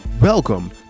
Welcome